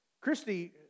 Christy